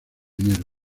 enero